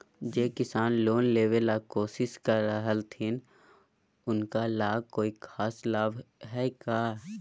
जे किसान लोन लेबे ला कोसिस कर रहलथिन हे उनका ला कोई खास लाभ हइ का?